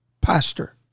pastor